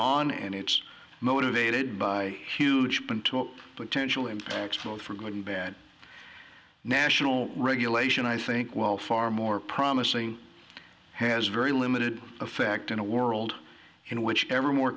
on and it's motivated by huge been taught but tensional impacts both for good and bad national regulation i think well far more promising has very limited effect in a world in which every more